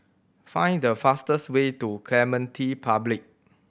find the fastest way to Clementi Public